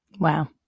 Wow